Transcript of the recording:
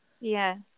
Yes